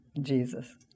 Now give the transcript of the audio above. Jesus